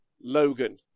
Logan